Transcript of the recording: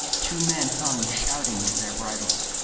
two men hung shouting to their bridles,